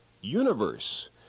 universe